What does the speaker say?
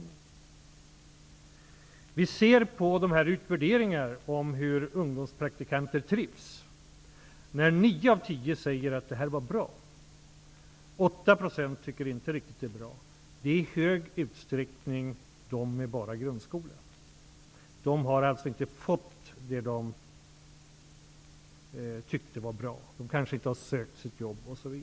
Enligt de utvärderingar som gjorts av hur ungdomspraktikanter trivts säger 9 av 10 att det var bra. 8 % tycker att det inte var riktigt bra. Det är i stor utsträckning sådana med bara grundskola. De har alltså inte fått det de tyckte skulle vara bra. De kanske inte har sökt sitt jobb.